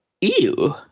ew